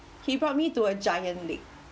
he brought me to a giant lake